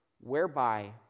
whereby